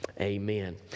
Amen